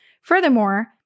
Furthermore